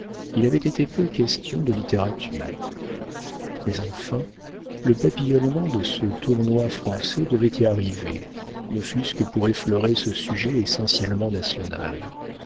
il avait été peu question de littérature mais enfin le papillonnement de ce tournoi français devait y arriver ne fût-ce que pour effleurer ce sujet essentiellement national